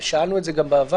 שאלנו את זה גם בעבר.